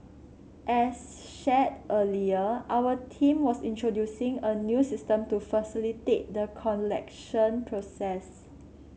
as shared earlier our team was introducing a new system to facilitate the collection process